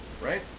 right